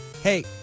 hey